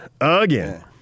again